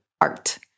art